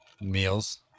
meals